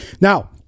Now